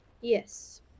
Yes